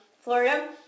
Florida